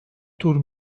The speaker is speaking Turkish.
tur